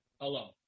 alone